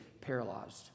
paralyzed